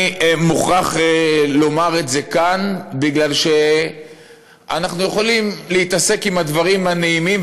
אני מוכרח לומר את זה כאן בגלל שאנחנו יכולים להתעסק עם הדברים הנעימים,